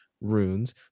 runes